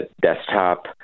desktop